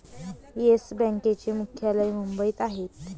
yes बँकेचे मुख्यालय मुंबईत आहे